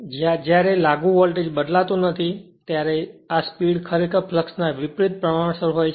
તેથી જ્યારે લાગુ વોલ્ટેજ બદલાતો નથી આ સ્પીડ ખરેખર ફ્લક્ષ ના વિપરિત પ્રમાણસર હોય છે